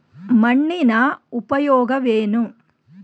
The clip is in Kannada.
ಮಣ್ಣಿನ ಉಪಯೋಗವೇನು?